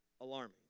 alarming